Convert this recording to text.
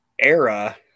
era